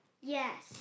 Yes